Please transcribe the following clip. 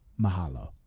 mahalo